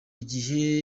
gihe